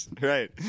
Right